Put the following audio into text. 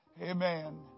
Amen